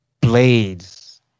blades